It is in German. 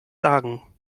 sagen